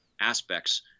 aspects